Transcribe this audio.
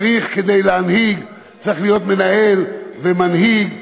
כדי להנהיג צריך להיות מנהל ומנהיג,